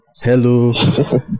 hello